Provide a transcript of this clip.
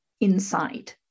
inside